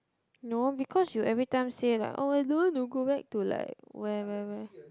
no because you every time say like oh I don't want to go back to like where where where